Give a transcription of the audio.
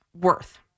worth